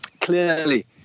clearly